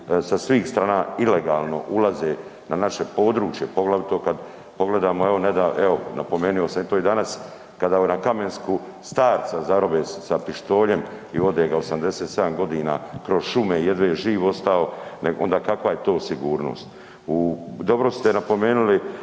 sa svih strana ulaze u na naše područje poglavito kada pogledamo, evo napomenuo sam to i danas kada na Kamenskom starca zarobe s pištoljem i vode ga 87 godina kroz šume, jedva je živ ostao onda kakva je to sigurnost. Dobro ste napomenuli